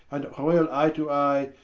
and royall eye to eye,